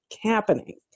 happening